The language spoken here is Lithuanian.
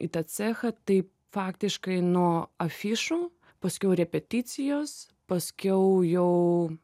į tą cechą tai faktiškai nuo afišų paskiau repeticijos paskiau jau